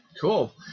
cool